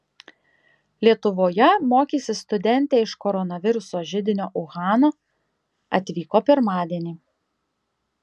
lietuvoje mokysis studentė iš koronaviruso židinio uhano atvyko pirmadienį